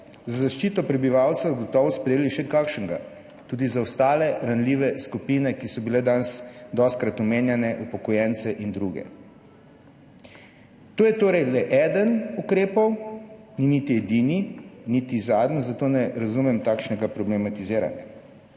za zaščito prebivalcev gotovo sprejeli še kakšnega tudi za ostale ranljive skupine, ki so bile danes dostikrat omenjene, upokojence in druge. To je torej le eden od ukrepov, ni niti edini, niti zadnji, zato ne razumem takšnega problematiziranja.